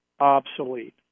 obsolete